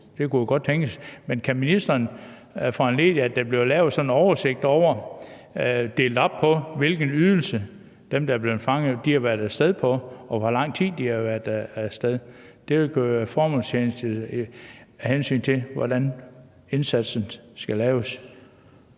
Det kunne jo godt tænkes. Men kan ministeren foranledige, at der bliver lavet en oversigt delt op i, hvilken ydelse dem, der er blevet fanget, har været af sted på, og hvor lang tid de har været af sted? Det kunne være formålstjenligt, af hensyn til hvordan indsatsen skal laves.